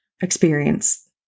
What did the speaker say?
experience